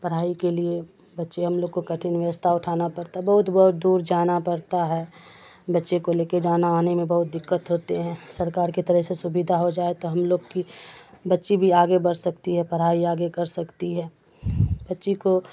پڑھائی کے لیے بچے ہم لوگ کو کٹھن ویوستھا اٹھانا پڑتا بہت بہت دور جانا پڑتا ہے بچے کو لے کے جانا آنے میں بہت دقت ہوتے ہیں سرکار کی طرف سے سویدھا ہو جائے تو ہم لوگ کی بچی بھی آگے بڑھ سکتی ہے پڑھائی آگے کر سکتی ہے بچی کو